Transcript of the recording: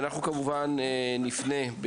אנחנו נפנה גם